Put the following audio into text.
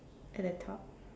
at the top